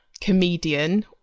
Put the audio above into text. comedian